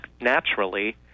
naturally